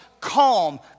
calm